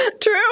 True